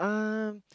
um